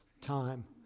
time